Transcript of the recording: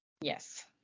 yes